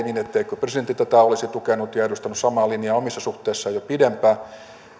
niin etteikö presidentti tätä olisi tukenut ja edustanut samaa linjaa omissa suhteissaan jo pidempään